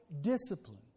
discipline